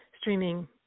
streaming